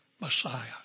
Messiah